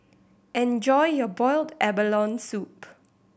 enjoy your boiled abalone soup